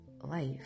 life